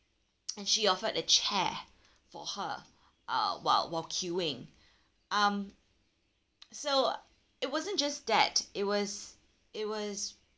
and she offered a chair for her uh while queuing um so it wasn't just that it was it was